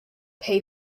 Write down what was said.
pay